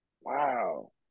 Wow